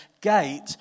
gate